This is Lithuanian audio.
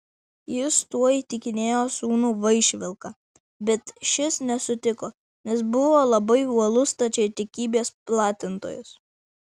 jis tuo įtikinėjo sūnų vaišvilką bet šis nesutiko nes buvo labai uolus stačiatikybės platintojas